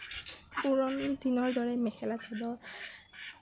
পুৰণি দিনৰ দৰে মেখেলা চাদৰ